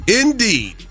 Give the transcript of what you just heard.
Indeed